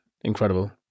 incredible